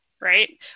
right